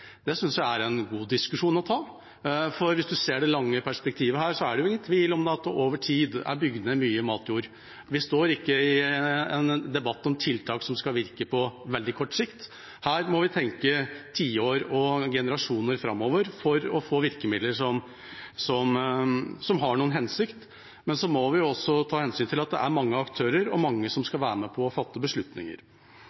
Det synes jeg er en god diskusjon å ta, for hvis man ser det lange perspektivet, er det ingen tvil om at det over tid er bygd ned mye matjord. Vi står ikke i en debatt om tiltak som skal virke på veldig kort sikt. Her må vi tenke tiår og generasjoner framover for å få virkemidler som har noen hensikt, men vi må også ta hensyn til at det er mange aktører og mange som